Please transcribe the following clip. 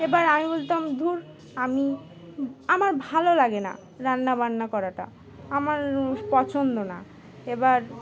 এবার আমি বলতাম ধুর আমি আমার ভালো লাগে না রান্না বান্না করাটা আমার পছন্দ না এবার